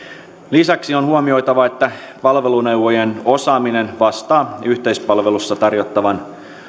lisäksi on huomioitava että palveluneuvojien osaaminen vastaa yhteispalvelussa tarjottavan